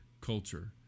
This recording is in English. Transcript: culture